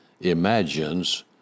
imagines